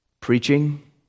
preaching